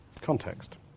context